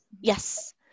yes